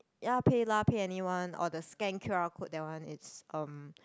ya paylah pay anyone or the scan q_r code that one it's um